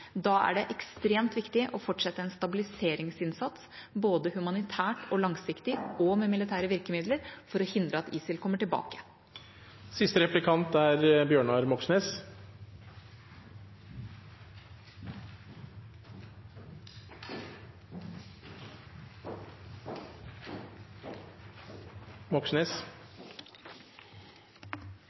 Da er det ekstremt viktig å fortsette en stabiliseringsinnsats, både humanitært, langsiktig og med militære virkemidler, for å hindre at ISIL kommer tilbake. Rødt mener at det er